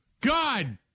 God